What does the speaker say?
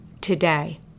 today